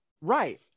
Right